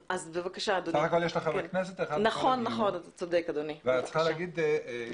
בסך הכול יש לך בדיון חבר כנסת אחד ואת צריכה להגיד שטוב שבאתי.